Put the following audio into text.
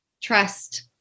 trust